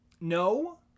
No